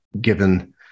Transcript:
given